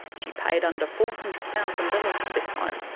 she paid under four hundred thousand dollars for this home.